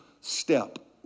step